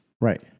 Right